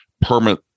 permit